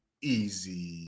easy